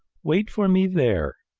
wait for me there.